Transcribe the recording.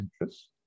interests